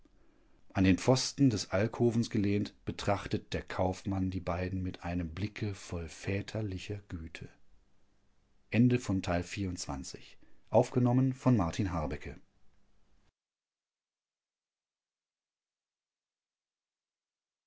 an den pfosten des alkovens gelehnt betrachtet der kaufmann die beiden mit einem blicke voll väterlicher güte